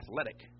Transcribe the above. athletic